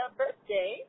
birthday